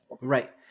right